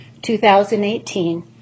2018